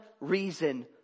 reason